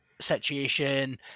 situation